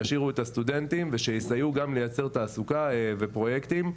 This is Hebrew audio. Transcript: שישאירו את הסטודנטים ויסייעו גם ליצר תעסוקה ופרויקטים.